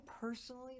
personally